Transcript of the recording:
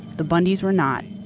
the bundys were not,